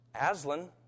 Aslan